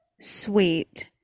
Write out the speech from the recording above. sweet